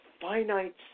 finite